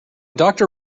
doctor